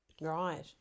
right